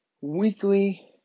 weekly